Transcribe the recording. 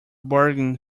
bargain